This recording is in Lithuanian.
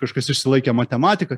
kažkas išsilaikė matematiką